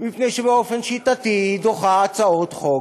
מפני שבאופן שיטתי היא דוחה הצעות חוק